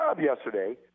yesterday